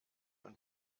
und